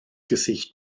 gesicht